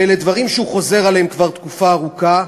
ואלה דברים שהוא חוזר עליהם כבר תקופה ארוכה,